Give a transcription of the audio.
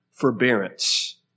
forbearance